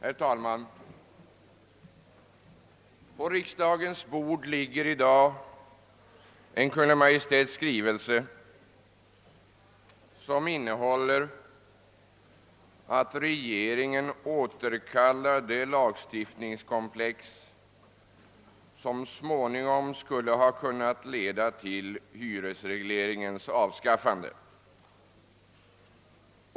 Herr talman! På riksdagens bord ligger i dag en Kungl. Maj:ts skrivelse som innehåller att regeringen återkallar det lagstiftningskomplex som så småningom skulle ha kunnat leda till hyresregleringens avskaffande.